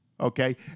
Okay